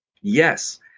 yes